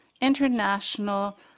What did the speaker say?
international